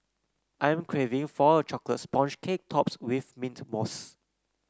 I am craving for a chocolate sponge cake topped with mint mousse